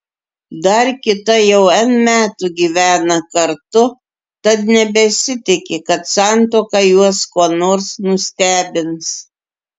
dar kita jau n metų gyvena kartu tad nebesitiki kad santuoka juos kuo nors nustebins